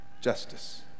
justice